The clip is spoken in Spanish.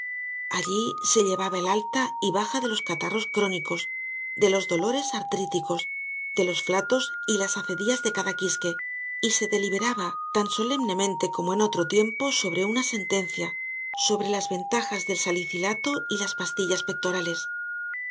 allí se llevaba el alta y baja de los catarros crónicos de los dolores artríticos de los flatos y las acedías de cada quisque y se deliberaba tan solemnemente como en otro tiempo sobre una sentencia sobre las ventajas del salicilato y las pastillas pectorales